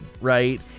right